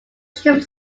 ship